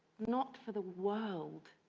not for the world.